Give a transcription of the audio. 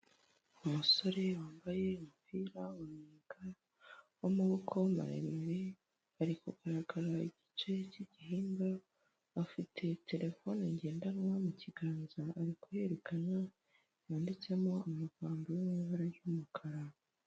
Akangaka ni agace runaka kagezweho keza, tubonamo kanyuramo abantu karimo n'umuhanda ugendwamo n'ibinyabiziga, ahangaha tukabona ipikipiki iriho umuyobozi uyiyoboye ayicayeho.